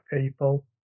people